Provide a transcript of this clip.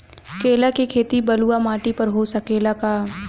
केला के खेती बलुआ माटी पर हो सकेला का?